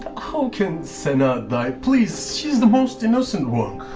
ah how can senna die. please! she's the most innocent one!